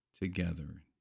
together